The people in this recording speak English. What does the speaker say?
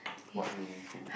what meaningful